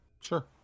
sure